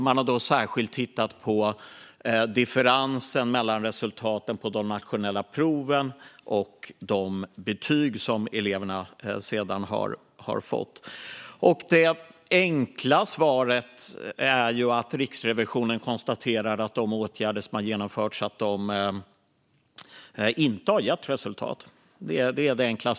Man har särskilt tittat på differensen mellan resultaten på de nationella proven och de betyg som eleverna sedan har fått. Det enkla svaret är att Riksrevisionen konstaterar att de åtgärder som har genomförts inte har gett resultat.